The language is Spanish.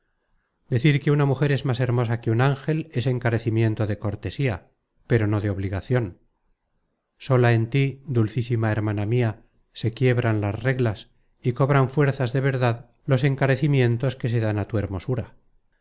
decir que una mujer es más hermosa que un ángel es encarecimiento de cortesía pero no de obligacion sola en tí dulcísima hermana mia se quiebran reglas y cobran fuerzas de verdad los encarecimientos que se dan á tu hermosura